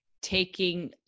taking